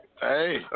Hey